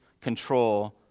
control